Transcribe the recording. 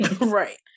Right